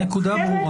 הנקודה ברורה.